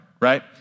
right